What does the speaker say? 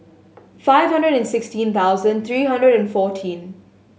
five hundred and sixteen thousand three hundred and fourteen